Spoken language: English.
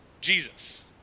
Jesus